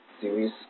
series